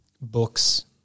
Books